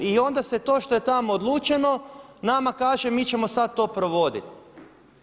I onda se to što je tamo odlučeno nama kaže mi ćemo sad to provoditi.